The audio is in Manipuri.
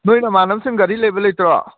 ꯅꯣꯏ ꯅꯃꯥꯟꯅꯕꯁꯤꯡ ꯒꯥꯔꯤ ꯂꯩꯕ ꯂꯩꯇ꯭ꯔꯣ